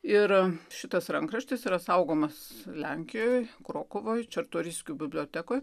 ir šitas rankraštis yra saugomas lenkijoj krokuvoj čartoriskių bibliotekoj